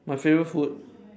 my favourite food